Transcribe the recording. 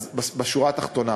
אז בשורה התחתונה: